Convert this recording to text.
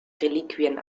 reliquien